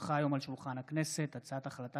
הונחה היום על שולחן הכנסת הצעת החלטה